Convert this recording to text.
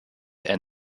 and